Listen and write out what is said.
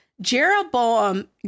Jeroboam